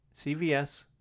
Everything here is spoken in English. CVS